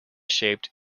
shaped